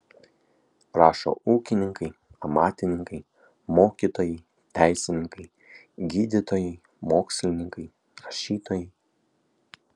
rašo ūkininkai amatininkai mokytojai teisininkai gydytojai mokslininkai rašytojai